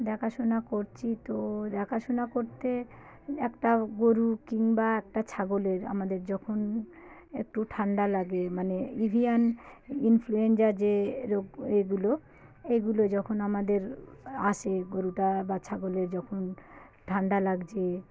দেখাশোনা করছি তো দেখাশোনা করতে একটা গোরু কিংবা একটা ছাগলের আমাদের যখন একটু ঠান্ডা লাগে মানে এভিয়ান ইনফ্লুয়েঞ্জা যে রোগ এগুলো এগুলো যখন আমাদের আসে গোরুটা বা ছাগলের যখন ঠান্ডা লাগছে